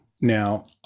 now